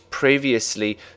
previously